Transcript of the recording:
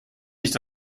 nicht